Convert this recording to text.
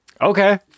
Okay